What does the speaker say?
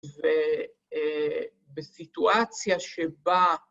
‫ובסיטואציה שבה...